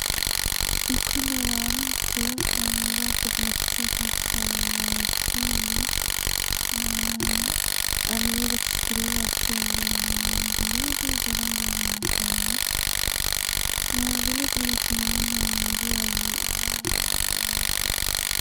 Mkono wa mtu ambapo kuna kichupa cha tembe na ameweza kushikilia tembe mbili za rangi ya manjano. Na vile vile tunaona nguo aliyovaa ni nyeupe.